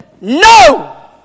No